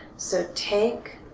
so, take